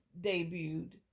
debuted